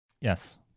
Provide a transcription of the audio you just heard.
Yes